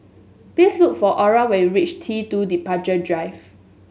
please look for Orra when you reach T two Departure Drive